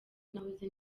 nahoze